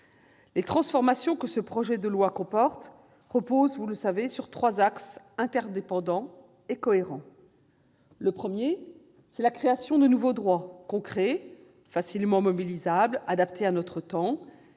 Les transformations que ce projet de loi comporte reposent, vous le savez, sur trois axes interdépendants et cohérents. Le premier consiste à créer de nouveaux droits, concrets, facilement mobilisables et adaptés à notre temps,